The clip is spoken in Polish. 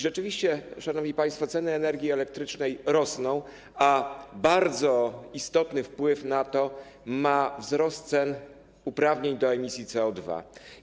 Rzeczywiście, szanowni państwo, ceny energii elektrycznej rosną, a bardzo istotny wpływ na to ma wzrost cen uprawnień do emisji CO2.